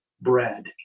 bread